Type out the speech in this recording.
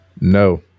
No